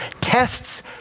tests